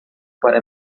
para